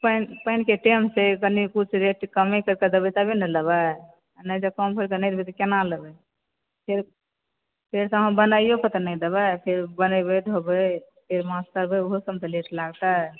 पानिके टाइम छै कनि किछु रेट कमे कए कऽ देबै तबे ने लेबय नहि तऽ कम क़रिक नहि देबै तऽ केना लेबै फेर तऽ अहाँ बनाइयोक तऽ नहि देबै फेर बनेबै धोबै फेर माछ तरबै तऽ ओहोसभमे ने लेट लागतै